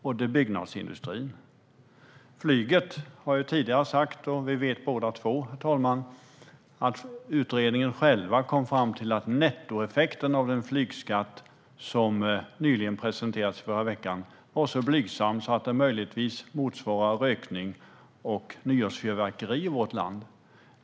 Vad gäller flyget har jag tidigare sagt - och detta vet vi båda två - att utredningen kom fram till att nettoeffekten av den flygskatt som presenterades förra veckan var så blygsam att den möjligtvis motsvarar rökning och nyårsfyrverkerier i vårt land.